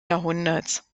jahrhunderts